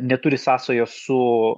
neturi sąsajos su